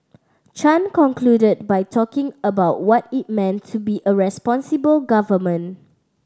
Chan concluded by talking about what it meant to be a responsible government